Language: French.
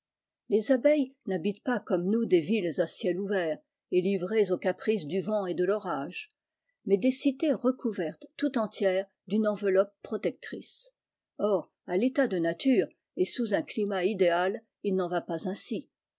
les abeilles n'habitent pas comme nous des villes à ciel ouvert et livrées aux caprices du vent et de l'orage mais des cités recouvertes tout entières d'une enveloppe protectrice à l'état de nature et sous un climat idéal l n'en va pas ainsi